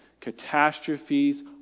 catastrophes